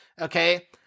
Okay